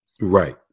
Right